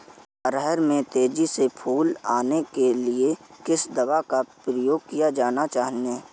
अरहर में तेजी से फूल आने के लिए किस दवा का प्रयोग किया जाना चाहिए?